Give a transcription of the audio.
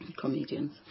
comedians